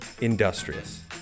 Industrious